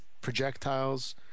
projectiles